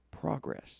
progress